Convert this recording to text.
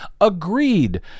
agreed